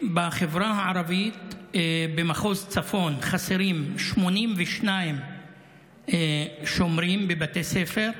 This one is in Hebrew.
בחברה הערבית במחוז צפון חסרים 82 שומרים בבתי ספר,